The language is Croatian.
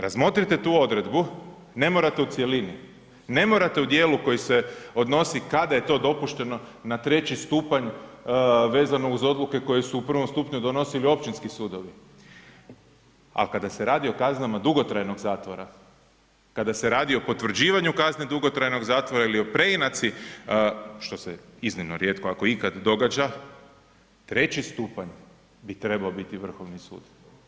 Razmotrite tu odredbu, ne morate u cjelini, ne morate u dijelu koji se odnosi kada je to dopušteno na treći stupanj vezano uz odluke koje su u prvom stupnju donosili općinski sudovi ali kada se radi o kaznama dugotrajnog zatvora, kada se radi o potvrđivanju kazne dugotrajnog zatvora ili o preinaci što se iznimno rijetko ako ikad događa treći stupanj bi trebao biti Vrhovni sud.